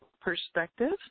perspective